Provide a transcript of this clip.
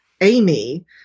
Amy